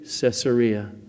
Caesarea